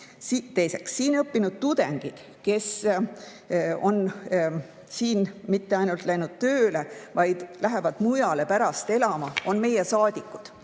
Teiseks, siin õppinud tudengid, kes on siin mitte ainult läinud tööle, vaid lähevad mujale pärast elama, on meie saadikud.